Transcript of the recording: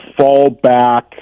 fallback